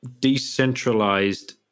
decentralized